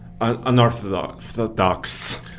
unorthodox